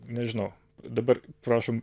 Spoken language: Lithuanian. nežinau dabar prašom